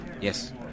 Yes